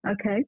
Okay